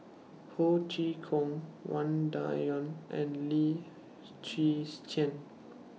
Ho Chee Kong Wang Dayuan and Lim Chwee Chian